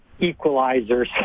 equalizers